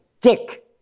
dick